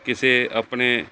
ਕਿਸੇ ਆਪਣੇ